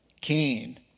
Cain